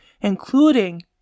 including